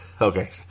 Okay